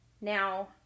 Now